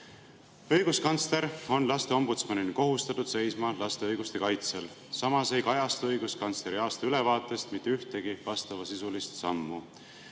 Õiguskantsler on lasteombudsmanina kohustatud seisma laste õiguste kaitsel. Samas ei kajasta õiguskantsleri aastaülevaade mitte ühtegi vastavasisulist sammu.